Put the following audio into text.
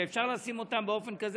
ואפשר לשים אותן באופן כזה,